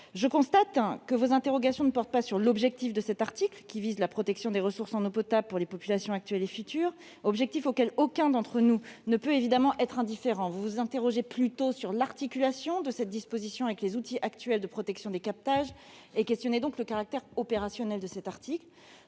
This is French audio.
Je constate que vos interrogations ne portent pas sur l'objectif de cet article, qui vise la protection des ressources en eau potable pour les populations actuelles et futures. Cet objectif, aucun d'entre nous ne peut y être indifférent. Vous vous interrogez plutôt sur l'articulation de cette disposition avec les outils actuels de protection des captages. Vous questionnez donc le caractère opérationnel de cet article.